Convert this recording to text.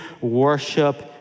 worship